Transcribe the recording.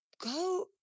go